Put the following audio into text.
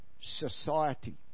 Society